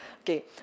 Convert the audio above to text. Okay